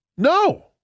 No